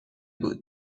بود